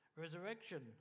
Resurrection